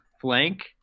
flank